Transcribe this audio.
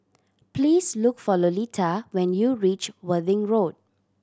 please look for Lolita when you reach Worthing Road